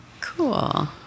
Cool